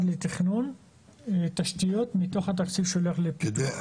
לתכנון תשתיות מתוך התקציב שהולך לפיתוח.